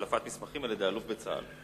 בנושא: הדלפת מסמכים על-ידי אלוף בצה"ל.